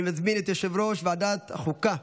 אני מזמין את יושב-ראש ועדת החוקה,